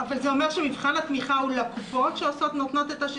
אבל זה אומר שמבחן התמיכה הוא לקופות שמתקשרות